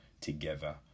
together